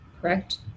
correct